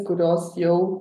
kurios jau